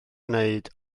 wneud